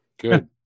Good